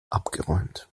abgeräumt